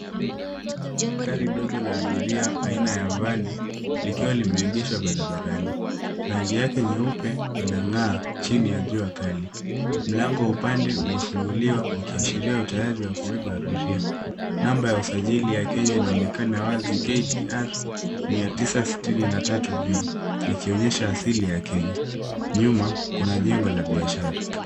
Gari dogo la abiria aina ya vani likiwa limeegeshwa barabarani. Rangi yake nyeupe inang'aa chini ya jua kali. Mlango wa upande umefunguliwa ukiashiria utayari wa kubeba abiria. Namba ya usajili ya Kenya inaonekana wazi KDR 963V ikionyesha asili ya Kenya. Nyuma kuna jengo la biashara.